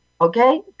okay